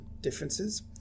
differences